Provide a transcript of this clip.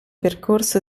percorso